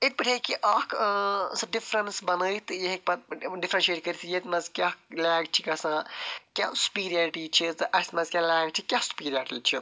یِتھ پٲٹھۍ ہیٚکہِ یہِ اَکھ ٲں سۄ ڈِفریٚنٕس بَنٲیِتھ یہِ ہیٚکہِ پَتہٕ ڈِفرنشیٹ کٔرِتھ ییٚتہِ نَس کیٛاہ لیک چھِ گژھان کیٛاہ سُپریارٹی چھِ تہٕ اسہِ منٛز کیٛاہ چھِ تہٕ اسہِ منٛز کیٛاہ سُپرِیارٹی چھِ